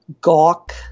gawk